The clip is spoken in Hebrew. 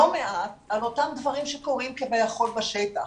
מעט על אותם דברים שקורים כביכול בשטח.